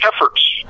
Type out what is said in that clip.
efforts